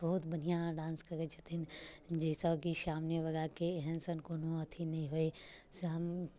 बहुत बढ़िआँ डान्स करै छथिन जाहिसँ कि सामनेवलाके एहनसन कोनो अथी नहि होइ से हम